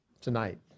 tonight